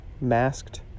masked